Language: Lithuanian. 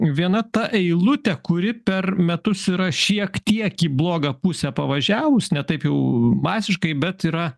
viena ta eilutė kuri per metus yra šiek tiek į blogą pusę pavažiavus ne taip jau masiškai bet yra